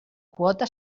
quota